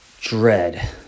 dread